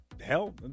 Hell